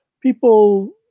people